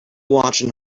watched